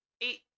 eight